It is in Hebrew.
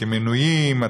כמינויים,